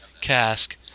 cask